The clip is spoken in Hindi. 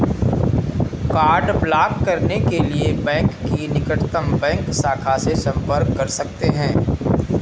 कार्ड ब्लॉक करने के लिए बैंक की निकटतम बैंक शाखा से संपर्क कर सकते है